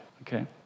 okay